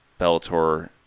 Bellator